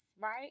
right